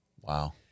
Wow